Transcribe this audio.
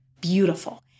beautiful